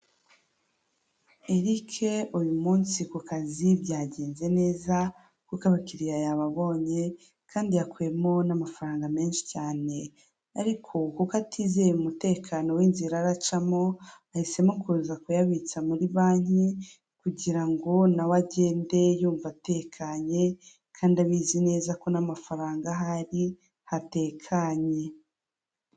Erike uyu munsi ku kazi byagenze neza kuko abakiriya yababonye kandi yakuyemo n'amafaranga menshi cyane ariko kuko atizeye umutekano w'inzira aracamo ahisemo kuza kuyabitsa muri banki kugira ngo nawe agende yumva atekanye kandi abizi neza ko n'amafaranga aho ari hatekanye.